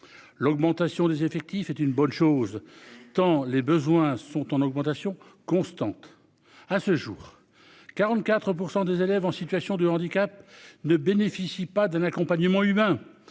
L'augmentation des effectifs est une bonne chose, tant les besoins sont en augmentation constante. À ce jour, 44% des élèves en situation de handicap ne bénéficient pas d'un accompagnement humain